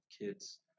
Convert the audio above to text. kids